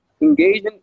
engaging